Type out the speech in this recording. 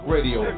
Radio